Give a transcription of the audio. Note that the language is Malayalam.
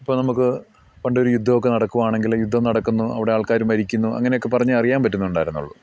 ഇപ്പോൾ പണ്ടൊരു യുദ്ധം ഒക്കെ നടക്കുകയാണെങ്കിൽ യുദ്ധം നടക്കുന്നു അവിടെ ആൾക്കാർ മരിക്കുന്നു അങ്ങനെയൊക്കെ പറഞ്ഞേ അറിയാൻ പറ്റുന്നുണ്ടായിരുന്നുള്ളൂ